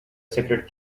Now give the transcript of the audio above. secret